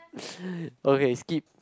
okay skip